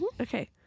Okay